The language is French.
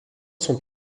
sont